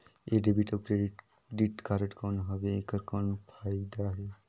ये डेबिट अउ credit card कौन हवे एकर कौन फाइदा हे?